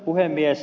puhemies